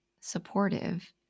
supportive